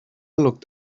looked